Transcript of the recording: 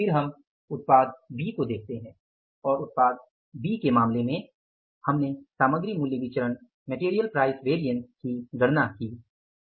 फिर हम उत्पाद B को देखते हैं और उत्पाद B के मामले में हमने सामग्री मूल्य विचरण MPV की गणना की